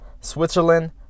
Switzerland